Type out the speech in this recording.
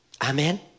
Amen